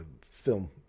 film